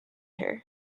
her